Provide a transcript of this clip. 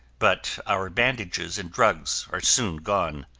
but our bandages and drugs are soon gone.